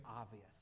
obvious